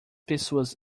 pessoas